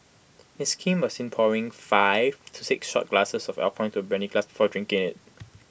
miss Kim was seen pouring five to six shot glasses of alcohol into her brandy glass before drinking IT